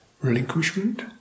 Relinquishment